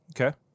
Okay